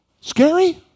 Scary